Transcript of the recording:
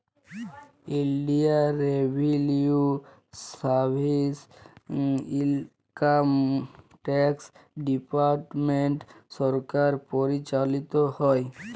ইলডিয়াল revenue service, income tax department সরকার পরিচালিত হ্যয়